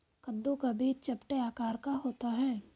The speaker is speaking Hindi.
कद्दू का बीज चपटे आकार का होता है